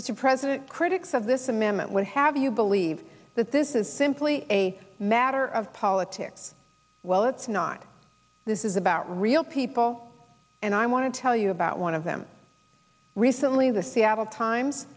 mr president critics of this amendment would have you believe that this is simply a matter of politics well it's not this is about real people and i want to tell you about one of them recently the seattle times